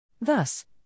Thus